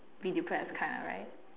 be depressed kinda right